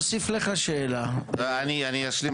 מיכאל מרדכי ביטון (יו"ר ועדת הכלכלה): יורי,